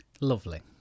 Lovely